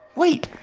wait.